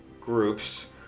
groups